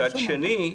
מצד שני,